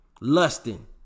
Lusting